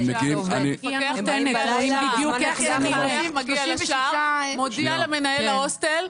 שהמפקח מגיע לשער, מודיע למנהל ההוסטל.